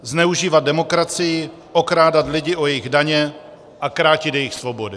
Zneužívat demokracii, okrádat lidi o jejich daně a krátit jejich svobody.